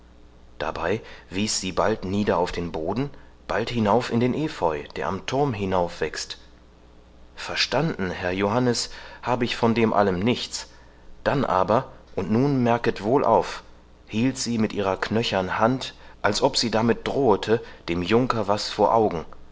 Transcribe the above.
dabei wies sie bald nieder auf den boden bald hinauf in den epheu der am turm hinaufwächst verstanden herr johannes hab ich von dem allem nichts dann aber und nun merket wohl auf hielt sie mit ihrer knöchern hand als ob sie damit drohete dem junker was vor augen